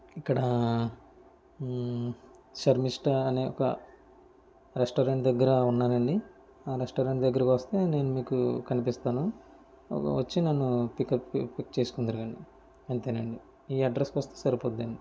ఇక్కడ శర్మిష్ఠా అనే ఒక రెస్టారెంట్ద దగ్గర ఉన్నానండి ఆ రెస్టారెంట్ దగ్గరకు వస్తే నేను మీకు కనిపిస్తాను వచ్చి నన్ను పికప్ పిక్ చేసుకుందురు కాని అంతేనండి ఈ అడ్రస్ కి వస్తే సరిపోతుందండి